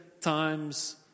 times